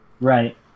Right